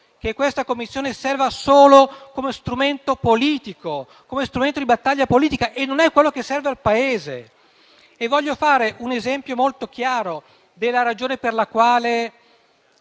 che questa Commissione serva solo come strumento di battaglia politica e non è ciò che serve al Paese. Desidero fare un esempio molto chiaro della ragione per la quale